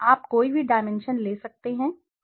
आप कोई भी डाइमेंशनले सकते हैं